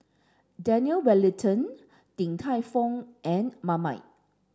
Daniel Wellington Din Tai Fung and Marmite